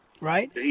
right